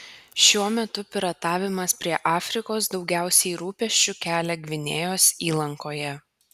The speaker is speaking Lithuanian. šiuo metu piratavimas prie afrikos daugiausiai rūpesčių kelia gvinėjos įlankoje